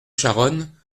charonne